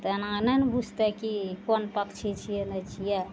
तऽ एना नहि ने बुझतइ कि कोन पक्षी छियै नहि छियै